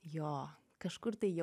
jo kažkur tai jau